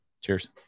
cheers